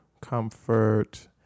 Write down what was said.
comfort